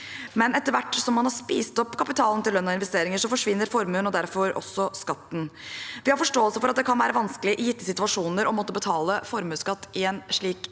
men etter hvert som man har spist opp kapitalen til lønn og investeringer, forsvinner formuen, og derfor også skatten. Vi har forståelse for at det kan være vanskelig i gitte situasjoner å måtte betale formuesskatt i en slik